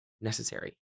necessary